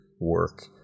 work